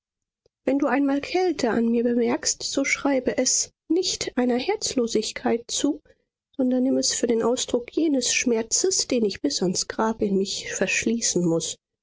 wenn du einmal kälte an mir bemerkst so schreibe es nicht einer herzlosigkeit zu sondern nimm es für den ausdruck jenes schmerzes den ich bis ans grab in mich verschließen muß